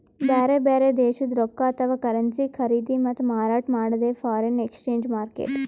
ಬ್ಯಾರೆ ಬ್ಯಾರೆ ದೇಶದ್ದ್ ರೊಕ್ಕಾ ಅಥವಾ ಕರೆನ್ಸಿ ಖರೀದಿ ಮತ್ತ್ ಮಾರಾಟ್ ಮಾಡದೇ ಫಾರೆನ್ ಎಕ್ಸ್ಚೇಂಜ್ ಮಾರ್ಕೆಟ್